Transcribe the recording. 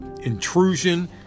intrusion